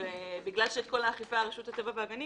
ובגלל שאת כל האכיפה רשות הטבע והגנים